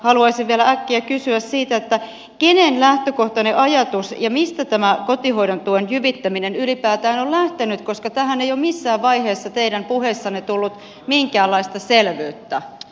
haluaisin vielä äkkiä kysyä siitä että kenen lähtökohtainen ajatus ja mistä tämä kotihoidon tuen jyvittäminen ylipäätään on lähtenyt koska tähän ei ole missään vaiheessa teidän puheissanne tullut minkäänlaista selvyyttä